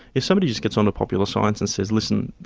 if somebody just gets on to popular science and says, listen,